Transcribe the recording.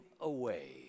away